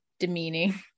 demeaning